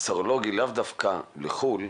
הסרולוגי, לאו דווקא לחוץ לארץ.